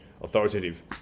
authoritative